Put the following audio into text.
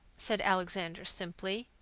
said alexander simply.